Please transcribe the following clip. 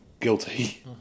guilty